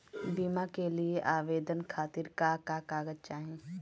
बीमा के लिए आवेदन खातिर का का कागज चाहि?